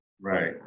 Right